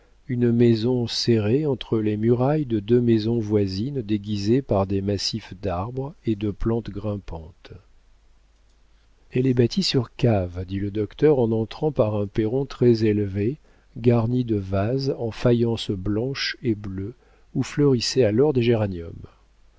une maison serrée entre les murailles de deux maisons voisines déguisées par des massifs d'arbres et de plantes grimpantes elle est bâtie sur caves dit le docteur en entrant par un perron très élevé garni de vases en faïence blanche et bleue où fleurissaient alors des géraniums